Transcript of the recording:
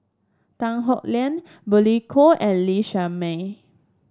Tan Howe Liang Billy Koh and Lee Shermay